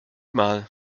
mal